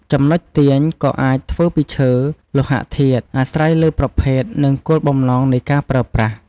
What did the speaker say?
ចំណុចទាញក៏អាចធ្វើពីឈើ លោហធាតុ អាស្រ័យលើប្រភេទ និងគោលបំណងនៃការប្រើប្រាស់។